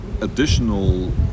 additional